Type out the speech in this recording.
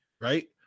right